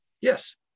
yes